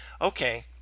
Okay